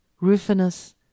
Rufinus